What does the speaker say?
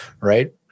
right